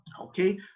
okay